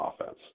offense